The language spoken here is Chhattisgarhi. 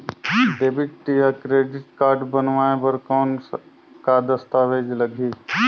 डेबिट या क्रेडिट कारड बनवाय बर कौन का दस्तावेज लगही?